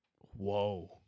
Whoa